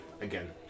Again